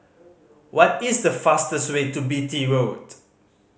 what is the fastest way to Beatty Road